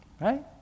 right